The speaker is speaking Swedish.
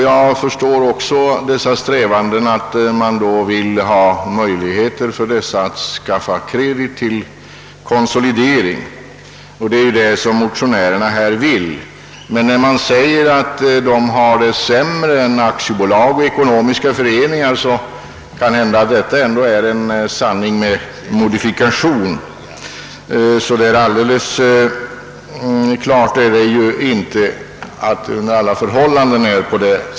Jag förstår därför strävandena för att ge dessa företag möjlighet att konsolidera sin ställning, vilket är vad motionärerna syftar till. När man säger att de mindre företagen har en sämre ställning än aktiebolag och ekonomiska föreningar, är det dock en sanning med modifikation. Alldeles klart är det inte att det förhåller sig så.